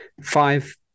Five